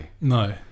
No